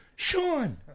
Sean